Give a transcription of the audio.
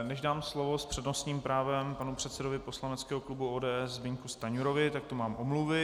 Než dám slovo s přednostním právem panu předsedovi poslaneckého klubu ODS Zbyňku Stanjurovi, tak tu mám omluvy.